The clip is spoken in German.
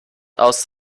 aus